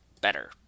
better